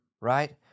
right